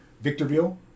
Victorville